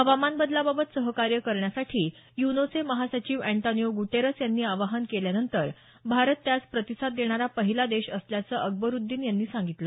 हवामान बदलाबाबत सहकार्य करण्यासाठी युनोचे महासचिव अन्टानियो गुटेरस यांनी आवाहन केल्यानंतर भारत त्यास प्रतिसाद देणारा पहिला देश असल्याचं अकबरुद्दीन यांनी सांगितलं